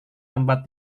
tempat